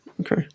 Okay